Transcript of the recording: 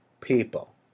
people